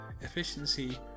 efficiency